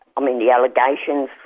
i mean the allegations,